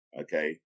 Okay